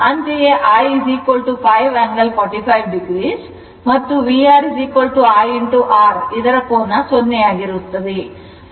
ಅಂತೆಯೇ I 5 angle 45 o ಮತ್ತು VR IR ಇದರ ಕೋನ 0 ಆಗಿರುತ್ತದೆ